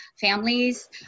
families